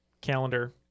calendar